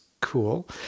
cool